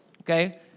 Okay